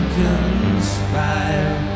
conspire